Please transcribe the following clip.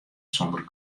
sonder